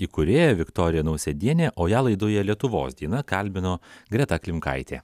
įkūrėja viktorija nausėdienė o ją laidoje lietuvos diena kalbino greta klimkaitė